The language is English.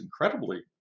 incredibly